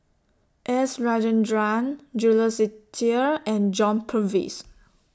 S Rajendran Jules Itier and John Purvis